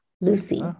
Lucy